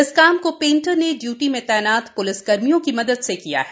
इस काम को पेंटर ने इयूटी में तैनात प्लिसकर्मियों की मदद से किया है